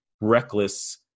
reckless